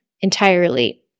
entirely